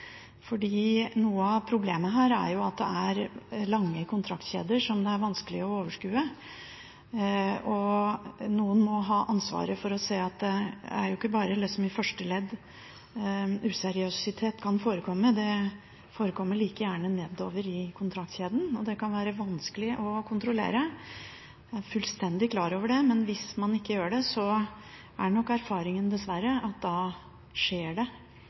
fordi noe av problemet her er at det er lange kontraktskjeder som det er vanskelig å overskue. Noen må ha ansvaret for å se at det ikke bare er i første ledd useriøsitet kan forekomme, det forekommer like gjerne nedover i kontraktskjeden. Og det kan være vanskelig å kontrollere, jeg er fullstendig klar over det, men hvis man ikke gjør det, så er nok erfaringen dessverre at da skjer det